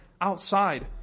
outside